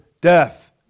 death